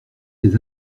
ses